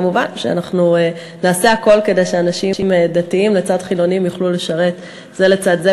מובן שאנחנו נעשה הכול כדי שאנשים דתיים וחילונים יוכלו לשרת זה לצד זה,